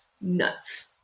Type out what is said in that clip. Nuts